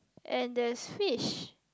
and there's fish